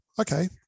okay